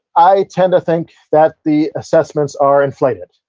i tend to think that the assessments are inflated.